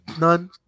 None